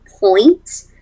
point